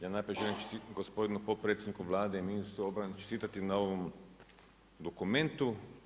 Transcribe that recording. Ja najprije želim čestitati gospodinu potpredsjedniku Vlade i ministru obrane čestitati na ovom dokumentu.